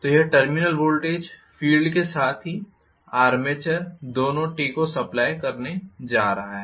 तो यह terminal voltage field के साथ ही आर्मेचर दोनों टेको सप्लाइ करने जा रहा है